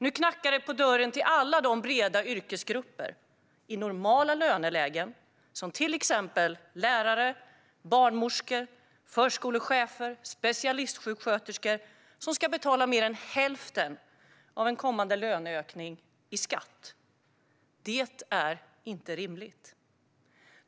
Nu knackar det på dörren till alla de breda yrkesgrupper i normala lönelägen, till exempel lärare, barnmorskor, förskolechefer och specialistsjuksköterskor, som ska betala mer än hälften av en kommande löneökning i skatt. Det är inte rimligt.